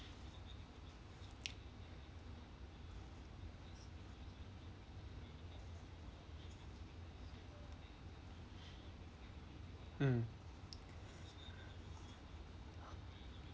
mm